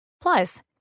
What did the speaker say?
Plus